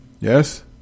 Yes